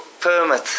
permit